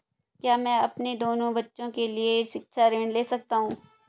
क्या मैं अपने दोनों बच्चों के लिए शिक्षा ऋण ले सकता हूँ?